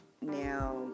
now